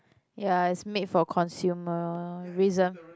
ya it's made for consumer reason